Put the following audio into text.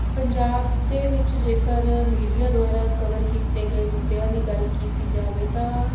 ਪੰਜਾਬ ਦੇ ਵਿੱਚ ਜੇਕਰ ਮੀਡੀਆ ਦੁਆਰਾ ਕਵਰ ਕੀਤੇ ਗਏ ਮੁੱਦਿਆਂ ਦੀ ਗੱਲ ਕੀਤੀ ਜਾਵੇ ਤਾਂ